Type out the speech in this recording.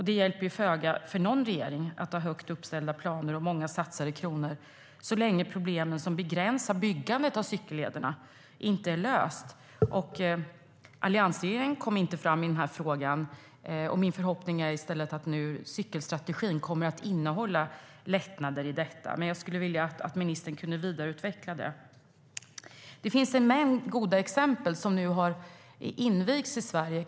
Det hjälper ju föga för någon regering att ha högt uppställda planer och många satsade kronor så länge problemen som begränsar byggandet av cykellederna inte är lösta. Alliansregeringen kom inte fram i den här frågan. Min förhoppning är i stället att cykelstrategin nu kommer att innehålla lättnader i detta. Jag skulle vilja att ministern vidareutvecklar detta. Det finns en mängd goda exempel på cykelleder som har invigts i Sverige.